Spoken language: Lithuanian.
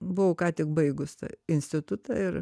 buvau ką tik baigus tą institutą ir